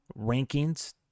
rankings